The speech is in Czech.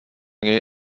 něj